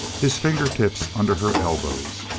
his fingertips under her elbows.